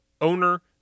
owner